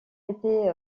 été